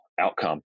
outcome